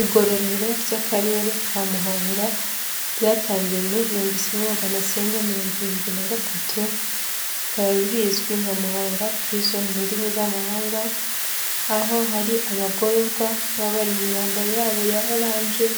Igororero ry'Akarere ka Muhanga ryatangiye mu igihumbi kimwe n'amagana cyenda mirongo irindwi n'agatatu, bikaba rizwi nka Muhanga Prison mu ndimi z'amahanga, aho hari abagororwa baba mu myambaro yabo ya oranje